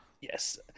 Yes